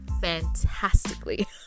fantastically